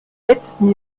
letzten